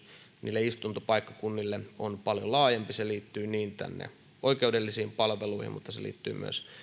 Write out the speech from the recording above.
niille istuntopaikkakunnille on paljon laajempi se liittyy niin oikeudellisiin palveluihin kuin myös